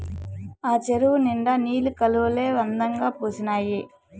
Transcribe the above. ఆ చెరువు నిండా నీలి కలవులే అందంగా పూసీనాయి